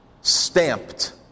Stamped